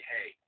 Hey